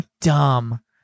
dumb